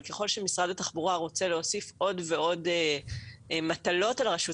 אבל ככל שמשרד התחבורה רוצה להוסיף עוד ועוד מטלות על הרשות